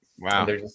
wow